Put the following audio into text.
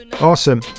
awesome